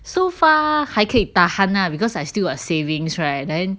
so far 还可以 tahan ah because I still got savings right then